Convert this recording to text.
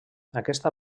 aquesta